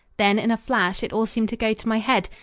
then in a flash it all seemed to go to my head,